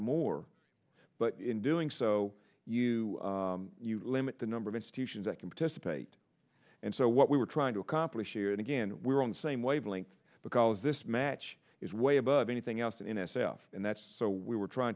more but in doing so you limit the number of institutions that can participate and so what we're trying to accomplish here and again we're on the same wavelength because this match is way above anything else in s f and that's so we were trying